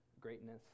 greatness